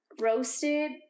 roasted